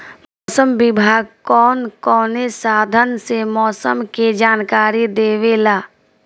मौसम विभाग कौन कौने साधन से मोसम के जानकारी देवेला?